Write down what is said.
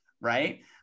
right